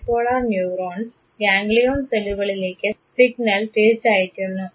bipolar neurons ganglion സെല്ലുകളിലേക്ക് signal തിരിച്ച് അയക്കുന്നു